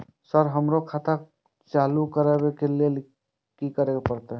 Sir हमरो खाता चालू करबाबे के ली ये की करें परते?